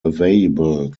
available